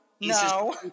no